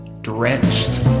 drenched